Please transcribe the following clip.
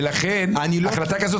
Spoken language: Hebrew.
ולכן החלטה כזאת